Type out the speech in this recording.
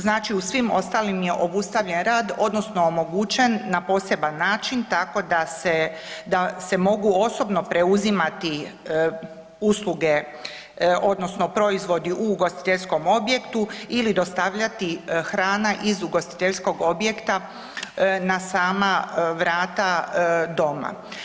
Znači u svim ostalim je obustavljen rad odnosno omogućen na poseban način tako da se mogu osobno preuzimati usluge odnosno proizvodu u ugostiteljskom objektu ili dostavljati hrana iz ugostiteljskog objekta na sama vrata doma.